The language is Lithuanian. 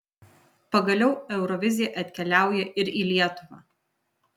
pagaliau eurovizija atkeliauja ir į lietuvą